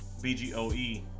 BGOE